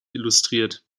illustriert